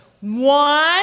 one